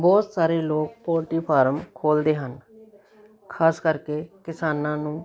ਬਹੁਤ ਸਾਰੇ ਲੋਕ ਪੋਲਟਰੀ ਫਾਰਮ ਖੋਲ੍ਹਦੇ ਹਨ ਖਾਸ ਕਰਕੇ ਕਿਸਾਨਾਂ ਨੂੰ